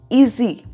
easy